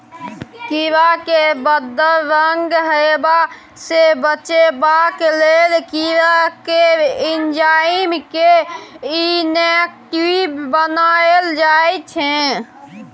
कीरा केँ बदरंग हेबा सँ बचेबाक लेल कीरा केर एंजाइम केँ इनेक्टिब बनाएल जाइ छै